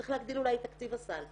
צריך אולי להגדיל את תקציב הסל.